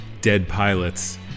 deadpilots